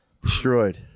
Destroyed